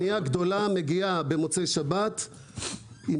אנייה גדולה הגיעה במוצאי שבת עם